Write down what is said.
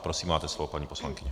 Prosím, máte slovo, paní poslankyně.